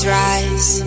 rise